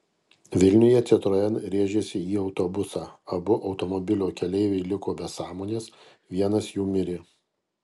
vilniuje citroen rėžėsi į autobusą abu automobilio keleiviai liko be sąmonės vienas jų mirė